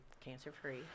cancer-free